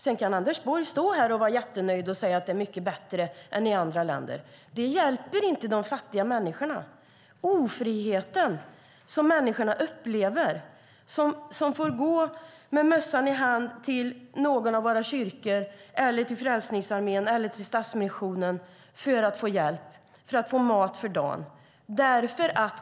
Sedan kan Anders Borg stå här och vara nöjd och säga att det är mycket bättre än i andra länder. Det hjälper inte de fattiga människorna. Människorna upplever ofrihet när de får gå med mössan i hand till någon av våra kyrkor, Frälsningsarmén eller Stadsmissionen för att få hjälp och mat för dagen.